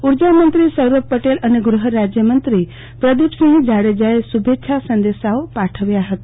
ઉર્જામંત્રી સૌરભ પટે લ અને ગહરાજયમત્રી પ્રદિપસિંહ જાડેજાએ શુભચ્છા સંદેશાઓ પાઠલ્યા હતા